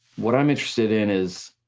what i'm interested in is